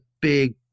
big